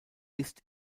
ist